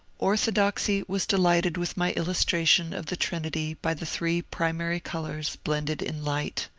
orthodoxy was delighted with my illustration of the trinity by the three primary colours blended in light.